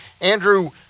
Andrew